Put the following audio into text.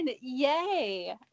yay